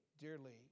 dearly